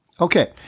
Okay